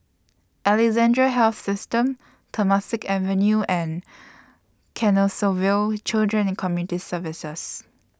Alexandra Health System Temasek Avenue and Canossaville Children and Community Services